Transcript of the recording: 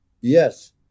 Yes